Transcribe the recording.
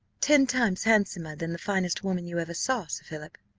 ten times handsomer than the finest woman you ever saw, sir philip?